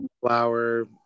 flower